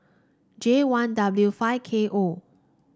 J one W five K O